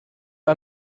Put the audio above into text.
are